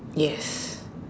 yes